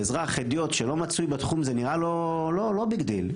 לאזרח הדיוט שלא מצוי בתחום זה נראה לו "לא ביג דיל".